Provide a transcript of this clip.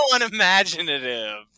unimaginative